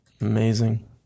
amazing